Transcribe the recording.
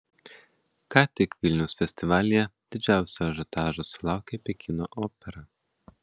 ką tik vilniaus festivalyje didžiausio ažiotažo sulaukė pekino opera